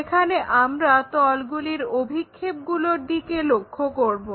এখানে আমরা তলগুলির অভিক্ষেপগুলোর দিকে লক্ষ্য করবো